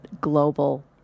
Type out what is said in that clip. global